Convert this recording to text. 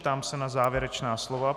Ptám se na závěrečná slova.